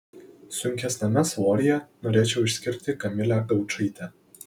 sunkesniame svoryje norėčiau išskirti kamilę gaučaitę